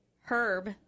Herb